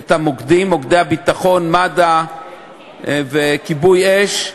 את מוקדי הביטחון, מד"א וכיבוי אש,